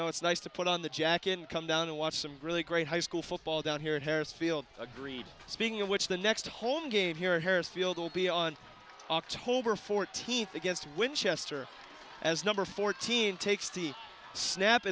know it's nice to put on the jacket and come down and watch some really great high school football down here in harris field agreed speaking of which the next home game here harris field will be on oct fourteenth against winchester as number fourteen takes the snap